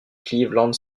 cleveland